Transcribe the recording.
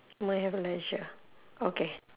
where have leisure okay